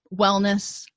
wellness